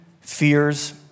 fears